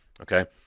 Okay